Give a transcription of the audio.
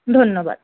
ধন্যবাদ